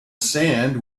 sand